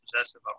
possessive